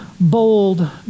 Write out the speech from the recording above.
bold